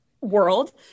world